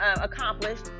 accomplished